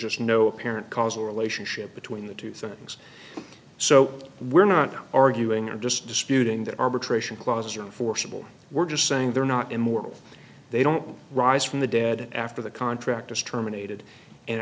just no apparent causal relationship between the two things so we're not arguing are just disputing that arbitration clauses are forcible we're just saying they're not immoral they don't rise from the dead after the contract is terminated and